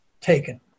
taken